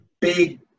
big